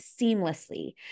seamlessly